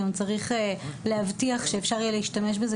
גם צריך להבטיח שאפשר יהיה להשתמש בזה